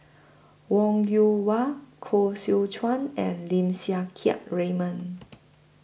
Wong Yoon Wah Koh Seow Chuan and Lim Siang Keat Raymond